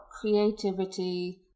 creativity